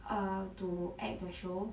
err to act the show